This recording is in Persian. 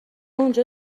اونجا